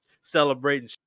celebrating